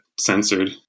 Censored